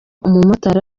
umumotari